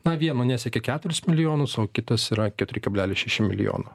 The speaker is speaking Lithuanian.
na vieno nesiekė keturis milijonus o kitas yra keturi kablelis šeši milijono